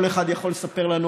כל אחד יכול לספר לנו,